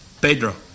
Pedro